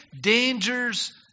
dangers